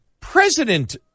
President